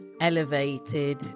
elevated